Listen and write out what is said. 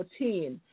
2014